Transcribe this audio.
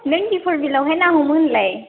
नों दिपरबिलावहाय ना हमो होनलाय